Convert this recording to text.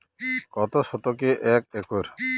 কত শতকে এক একর?